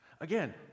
Again